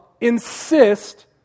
insist